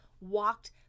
walked